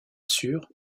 sûr